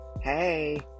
hey